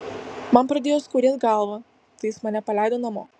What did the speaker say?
man pradėjo skaudėt galvą tai jis mane paleido namo